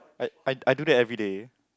at I I do that everyday